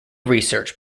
research